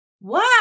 Wow